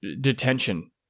detention